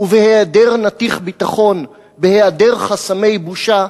ובהיעדר נתיך ביטחון, בהיעדר חסמי בושה,